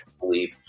believe